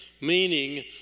meaning